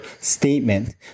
statement